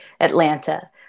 Atlanta